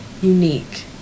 unique